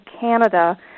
Canada